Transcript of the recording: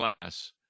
class